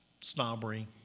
snobbery